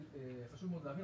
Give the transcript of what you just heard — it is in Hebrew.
חשוב מאוד להבין,